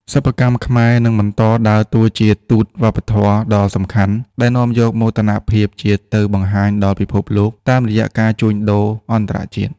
សិប្បកម្មខ្មែរនឹងបន្តដើរតួជាទូតវប្បធម៌ដ៏សំខាន់ ដែលនាំយកមោទនភាពជាតិទៅបង្ហាញដល់ពិភពលោកតាមរយៈការជួញដូរអន្តរជាតិ។